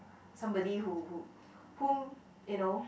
somebody who who whom you know